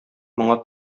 моңа